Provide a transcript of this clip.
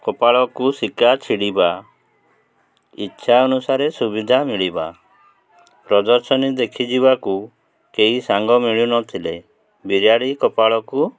କପାଳକୁ ଶିକା ଛିଡ଼ିବା ଇଚ୍ଛା ଅନୁସାରେ ସୁବିଧା ମିଳିବା ପ୍ରଦର୍ଶନୀ ଦେଖିଯିବାକୁ କେହି ସାଙ୍ଗ ମିଳୁନଥିଲେ ବିରାଡ଼ି କପାଳକୁ